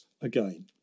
again